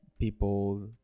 people